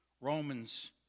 Romans